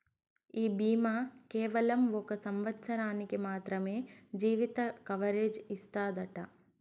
ఈ బీమా కేవలం ఒక సంవత్సరానికి మాత్రమే జీవిత కవరేజ్ ఇస్తాదట